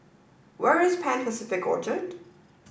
where is Pan Pacific Orchard